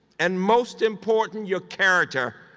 and most important, your character,